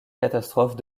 catastrophe